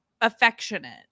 affectionate